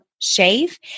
shave